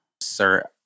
Sir